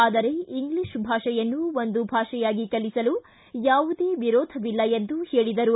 ಆದರೆ ಇಂಗ್ಲೀಷ್ ಭಾಷೆಯನ್ನು ಒಂದು ಭಾಷೆಯಾಗಿ ಕಲಿಸಲು ಯಾವುದೇ ವಿರೋಧವಿಲ್ಲ ಎಂದು ಹೇಳಿದರು